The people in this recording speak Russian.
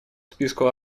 списку